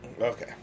Okay